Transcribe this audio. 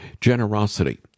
generosity